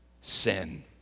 sin